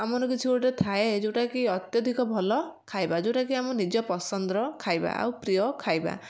ଆମର କିଛି ଗୋଟେ ଥାଏ ଯେଉଁଟାକି ଅତ୍ୟଧିକ ଭଲ ଖାଇବା ଯେଉଁଟା କି ଆମ ନିଜ ପସନ୍ଦର ଖାଇବା ଆଉ ପ୍ରିୟ ଖାଇବା